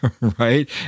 right